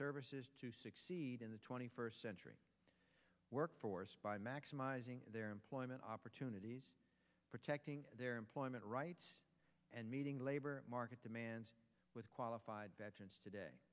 services to succeed in the twenty first century workforce by maximizing their employment opportunities protecting their employment rights and meeting labor market demands with qualified veterans today